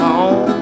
on